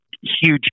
huge